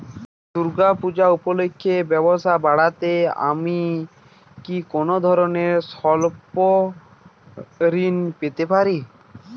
দূর্গা পূজা উপলক্ষে ব্যবসা বাড়াতে আমি কি কোনো স্বল্প ঋণ পেতে পারি?